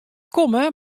komme